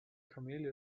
kamele